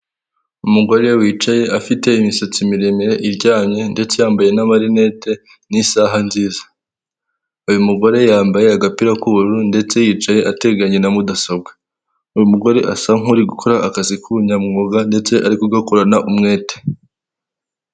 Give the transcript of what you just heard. Umugore wicaye afite imisatsi miremire iryamye ndetse yambaye amarinete n'isaha nziza uyu mugore yambaye agapira k'ubururu ndetse yicaye ateganye na mudasobwa uyu mugore asa nk'ukora akazi k'ubunyamwuga ndetse ari kugakorana umwete .